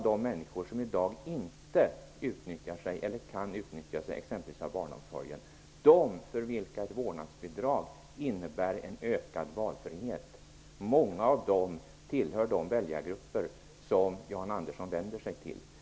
De människor som i dag inte kan utnyttja exempelvis barnomsorgen och för vilka vårdnadsbidrag innebär en ökad valfrihet, tillhör i många fall de väljargrupper Jan Andersson vänder sig till.